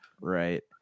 Right